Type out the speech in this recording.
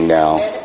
now